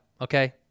okay